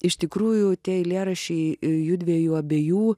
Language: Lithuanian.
iš tikrųjų tie eilėraščiai jųdviejų abiejų